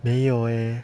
没有诶